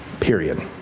period